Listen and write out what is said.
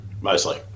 Mostly